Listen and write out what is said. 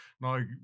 now